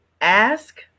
ask